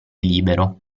libero